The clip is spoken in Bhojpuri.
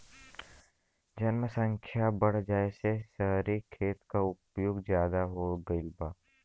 जनसख्या बढ़ जाये से सहरी खेती क उपयोग जादा हो गईल बा